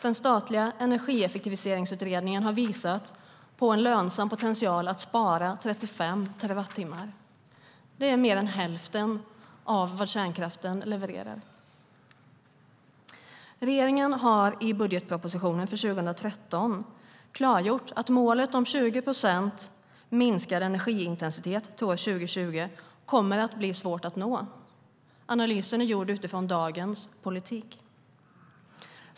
Den statliga Energieffektiviseringsutredningen har visat på en lönsam potential att spara 35 terawattimmar. Det är mer än hälften av vad kärnkraften levererar. Regeringen har i budgetpropositionen för 2013 klargjort att målet om 20 procent minskad energiintensitet till år 2020 kommer att bli svårt att nå. Analysen är gjord utifrån dagens politik.